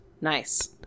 Nice